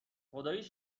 خداییش